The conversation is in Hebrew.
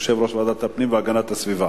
יושב-ראש ועדת הפנים והגנת הסביבה.